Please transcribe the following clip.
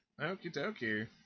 okie-dokie